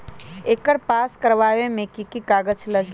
एकर पास करवावे मे की की कागज लगी?